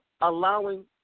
allowing